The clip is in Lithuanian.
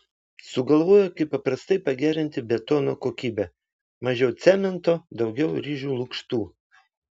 sugalvojo kaip paprastai pagerinti betono kokybę mažiau cemento daugiau ryžių lukštų